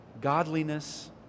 godliness